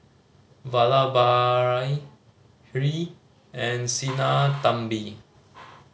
Vallabhbhai Hri and Sinnathamby